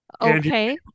Okay